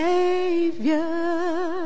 Savior